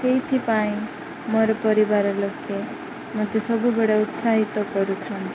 ସେଥିପାଇଁ ମୋର ପରିବାର ଲୋକେ ମୋତେ ସବୁବେଳେ ଉତ୍ସାହିତ କରୁଥାନ୍ତି